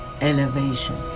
elevation